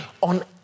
on